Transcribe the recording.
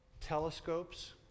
telescopes